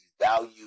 value